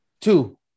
Two